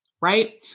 right